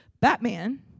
Batman